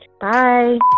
Bye